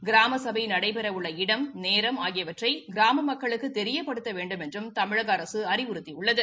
கிராம ச்பை நடைபெறவுள்ள இடம் நேரம் ஆகியவற்றை கிராம மக்களுக்கு தெரியப்படுத்த வேண்டுமென்றும் தமிழக அரசு அறிவுறுத்தியுள்ளது